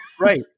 Right